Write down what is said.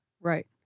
Right